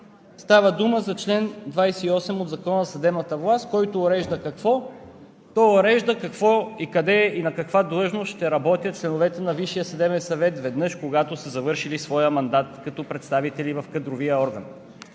Става дума за чл. 28 от Закона за съдебната власт, който урежда какво, къде и на каква длъжност ще работят членовете на Висшия съдебен съвет, когато са завършили своя мандат като представители в кадровия орган.